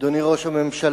אדוני ראש הממשלה,